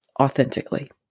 authentically